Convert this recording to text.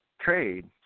trade